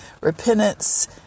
repentance